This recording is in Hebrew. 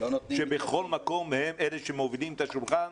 שבכל מקום הם אלה שמובילים את השולחן,